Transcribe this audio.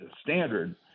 standard